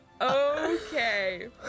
Okay